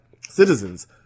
citizens